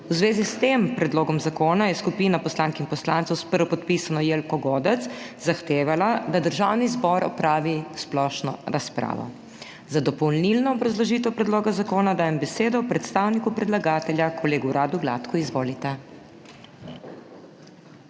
V zvezi s tem predlogom zakona je skupina poslank in poslancev s prvopodpisano Jelko Godec zahtevala, da Državni zbor opravi splošno razpravo. Za dopolnilno obrazložitev predloga zakona dajem besedo predstavniku predlagatelja, kolegu Radu Gladku. Izvolite.